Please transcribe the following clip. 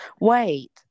wait